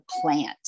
plant